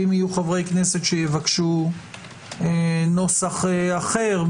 ואם יהיו חברי כנסת שיבקשו נוסח אחר,